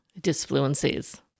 disfluencies